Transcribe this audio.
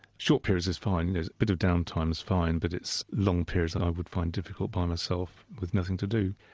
short periods is fine a bit of downtime is fine but it's long periods that i would find difficult by myself with nothing to do.